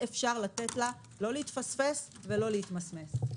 אפשר לתת לה לא להתפספס ולא להתמסמס.